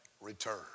return